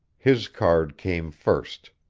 his card came first.